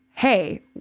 Hey